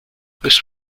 this